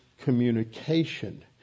communication